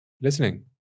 Listening